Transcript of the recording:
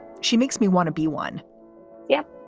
she makes me want to be one yeah,